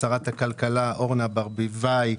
שרת הכלכלה אורנה ברביבאי,